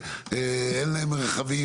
אין להם רכבים,